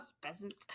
peasants